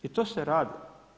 I to se radi.